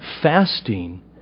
Fasting